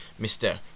Mr